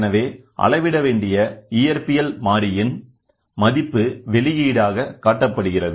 எனவே அளவிட வேண்டிய இயற்பியல் மாறியின் மதிப்பு வெளியிடாக காட்டப்படுகிறது